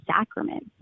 sacrament